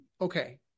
Okay